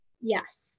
Yes